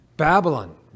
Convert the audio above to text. Babylon